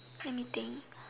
anything